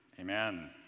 amen